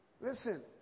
Listen